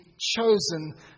chosen